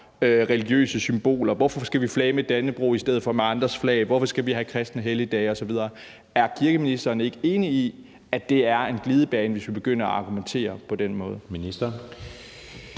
religiøse symboler? Hvorfor skal vi flage med Dannebrog i stedet for med andres flag? Hvorfor skal vi have kristne helligdage osv.? Er kirkeministeren ikke enig i, at det er en glidebane, hvis vi begynder at argumentere på den måde?